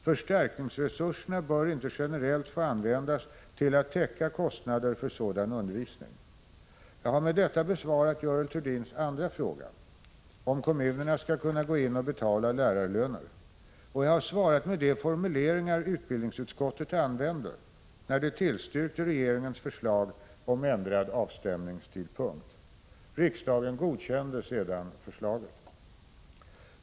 Förstärkningsresurserna bör inte generellt få användas till att täcka kostnader för sådan undervisning. Jag har med detta besvarat Görel Thurdins andra fråga, om kommunerna skall kunna gå in och betala lärarlöner, och jag har svarat med de formuleringar utbildningsutskottet använde när det tillstyrkte regeringens förslag om ändrad avstämningstidpunkt. Riksdagen godkände sedan förslaget.